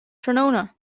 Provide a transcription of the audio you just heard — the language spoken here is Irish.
tráthnóna